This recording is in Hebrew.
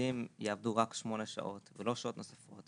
שהעובדים יעבדו רק 8 שעות ולא שעות נוספות,